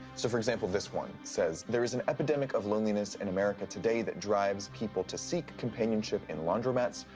so, for example, this one says, there is an epidemic of loneliness in america today that drives people to seek companionship in laundromats,